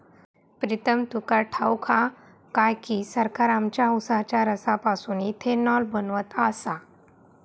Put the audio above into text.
प्रीतम तुका ठाऊक हा काय की, सरकार आमच्या उसाच्या रसापासून इथेनॉल बनवत आसा